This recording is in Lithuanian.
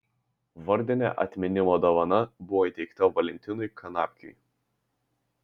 vardinė atminimo dovana buvo įteikta valentinui kanapkiui